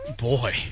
Boy